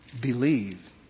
believe